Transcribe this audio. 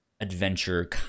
adventure